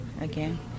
again